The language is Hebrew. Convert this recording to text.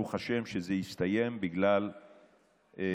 יכול להיות בגלל האג'נדה.